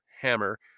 Hammer